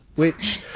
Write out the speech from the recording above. which,